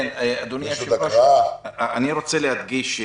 אדוני היושב-ראש, אני רוצה להדגיש.